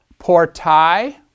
portai